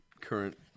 current